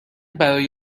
برای